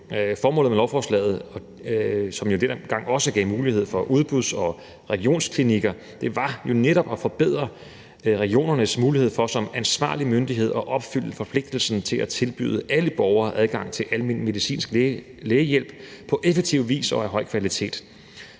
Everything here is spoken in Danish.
Formålet med lovforslaget, som jo dengang også gav mulighed for udbuds- og regionsklinikker, var jo netop at forbedre regionernes mulighed for som ansvarlig myndighed at opfylde forpligtelsen til at tilbyde alle borgere adgang til almen medicinsk lægehjælp på effektiv vis og af høj kvalitet.